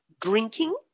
drinking